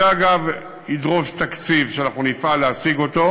זה, אגב, ידרוש תקציב שאנחנו נפעל להשיג אותו,